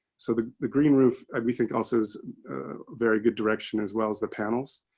so the the green roof. we think also is very good direction as well as the panels.